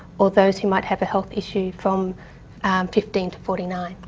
or those who might have a health issue from fifteen forty nine.